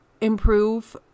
improve